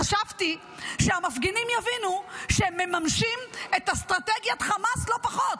חשבתי שהמפגינים יבינו שהם מממשים את אסטרטגיית חמאס לא פחות,